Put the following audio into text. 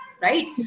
right